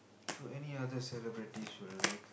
so any other celebrities you like